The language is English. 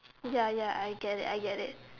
ya ya I get it I get it